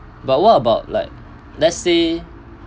but what about like let's say